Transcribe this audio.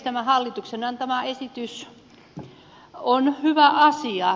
tämä hallituksen antama esitys on hyvä asia